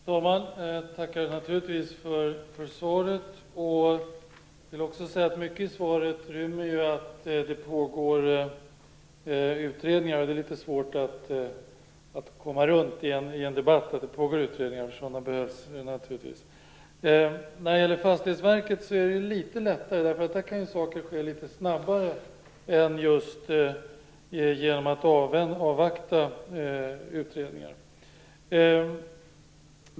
Fru talman! Jag tackar naturligtvis för svaret. Mycket i svaret rymmer att utredningar pågår, och det är litet svårt att komma runt i en debatt. Sådana behövs naturligtvis. När det gäller Fastighetsverket är det hela litet lättare, därför att där kan saker ske snabbare än genom att avvakta utredningar.